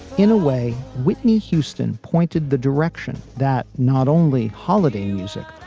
in a way, whitney houston pointed the direction that not only holiday music,